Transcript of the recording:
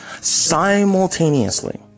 simultaneously